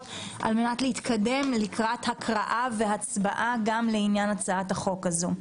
וזאת על מנת להתקדם לקראת הקראה והצבעה גם לעניין הצעת החוק הזו.